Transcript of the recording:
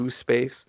space